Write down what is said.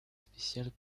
spéciales